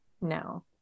No